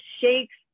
shakes